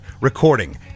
recording